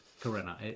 Corinna